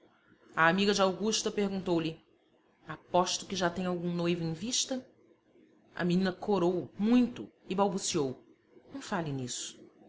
a amiga de augusta perguntou-lhe aposto que já tem algum noivo em vista a menina corou muito e balbuciou não fale nisso